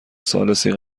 ثالثی